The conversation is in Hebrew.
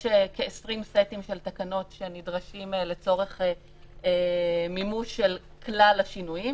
יש כ-20 סטים של תקנות שנדרשים לצורך מימוש של כלל השינויים.